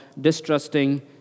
distrusting